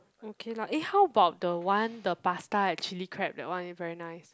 okay lah eh how about the one the pasta at chili crab that one is very nice